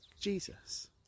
jesus